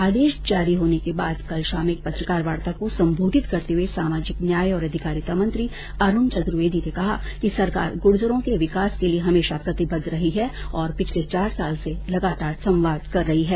आदेश जारी होने के बाद कल शाम एक पत्रकार वार्ता को सम्बोधित करते हुए सामाजिक न्याय और अधिकारिता मंत्री अरूण चतुर्वेदी ने कहा कि सरकार गुर्जरों के विकास के लिए हमेशा प्रतिबद्ध रही है और पिछले चार साल से लगातार संवाद कर रही है